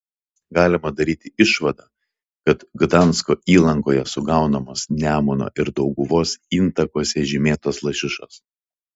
galima daryti išvadą kad gdansko įlankoje sugaunamos nemuno ir dauguvos intakuose žymėtos lašišos